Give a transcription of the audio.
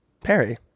Perry